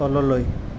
তললৈ